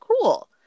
cool